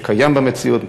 שקיים במציאות,